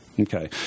Okay